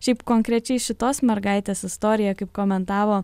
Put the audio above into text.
šiaip konkrečiai šitos mergaitės istorija kaip komentavo